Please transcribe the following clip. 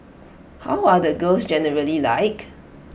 how are the girls generally like